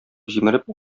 җимереп